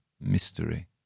mystery